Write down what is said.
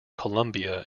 columbia